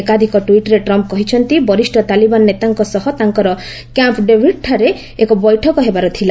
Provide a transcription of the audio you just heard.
ଏକାଧିକ ଟ୍ୱିଟ୍ରେ ଟ୍ରମ୍ କହିଛନ୍ତି ବରିଷ୍ଣ ତାଲିବାନ୍ ନେତାଙ୍କ ସହ ତାଙ୍କର କ୍ୟାମ୍ପ୍ ଡେଭିଡ୍ଠାରେ ଏକ ବୈଠକ ହେବାର ଥିଲା